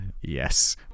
Yes